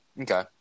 Okay